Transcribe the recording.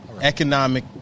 Economic